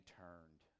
turned